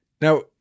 Now